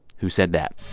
who said that